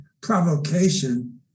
provocation